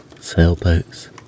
sailboats